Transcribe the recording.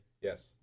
Yes